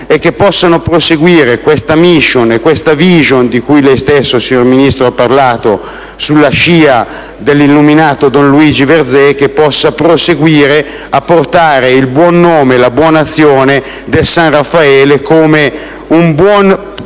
è che si possa proseguire in questa *mission* e questa *vision* di cui lei stesso, signor Ministro, ha parlato sulla scia dell'illuminato don Luigi Verzé, che si possa proseguire nel portare avanti il buon nome e la buona azione del San Raffaele nel senso